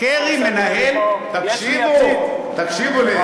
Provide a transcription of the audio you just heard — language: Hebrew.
קרי מנהל, תקשיבו, תקשיבו לי.